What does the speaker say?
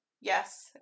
Yes